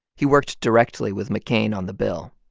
he worked directly with mccain on the bill.